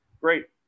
great